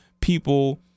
people